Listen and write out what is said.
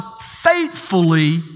faithfully